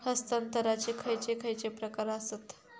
हस्तांतराचे खयचे खयचे प्रकार आसत?